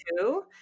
two